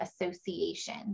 association